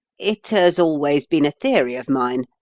it has always been a theory of mine,